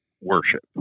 worship